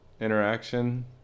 interaction